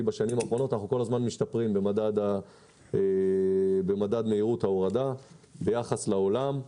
בשנים האחרונות אנחנו כל הזמן משתפרים במדד מהירות ההורדה ביחס לעולם.